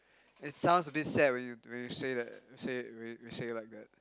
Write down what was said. it sounds a bit sad when you when you say that say it when you say it like that